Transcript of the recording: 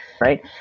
right